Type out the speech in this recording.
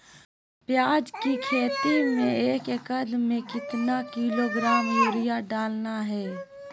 प्याज की खेती में एक एकद में कितना किलोग्राम यूरिया डालना है?